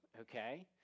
okay